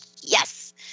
yes